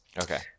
Okay